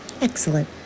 Excellent